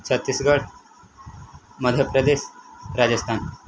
Chhattisgarh Madhya Pradesh Rajasthan